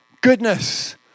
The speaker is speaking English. goodness